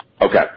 Okay